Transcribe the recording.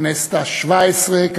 בכנסת השבע-עשרה,